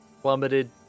Plummeted